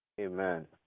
Amen